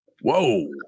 Whoa